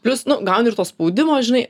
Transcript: plius nu gauni ir to spaudimo žinai